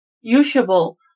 usable